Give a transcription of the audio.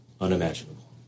unimaginable